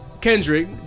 Kendrick